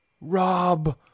Rob